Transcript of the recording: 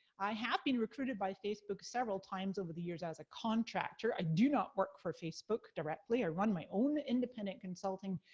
i have been recruited by facebook several times over the years as a contractor. i do not work for facebook directly. i run my own independent consulting,